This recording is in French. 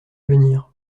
venir